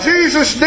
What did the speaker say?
Jesus